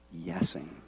yesing